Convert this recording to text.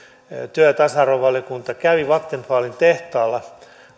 työ ja tasa arvovaliokunta kävi vattenfallin tehtaalla